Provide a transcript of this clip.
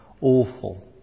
awful